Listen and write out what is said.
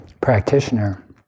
practitioner